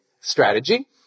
strategy